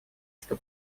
что